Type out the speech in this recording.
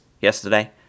yesterday